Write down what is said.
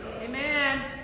Amen